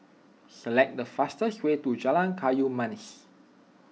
select the fastest way to Jalan Kayu Manis